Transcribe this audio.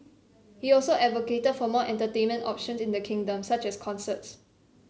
he also advocated for more entertainment options in the kingdom such as concerts